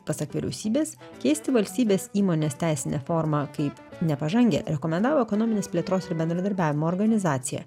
pasak vyriausybės keisti valstybės įmonės teisinę formą kaip nepažangią rekomendavo ekonominės plėtros ir bendradarbiavimo organizacija